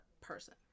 person